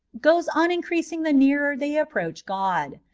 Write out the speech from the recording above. goes on increaaing the nearer they approach god.